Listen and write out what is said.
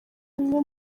umwe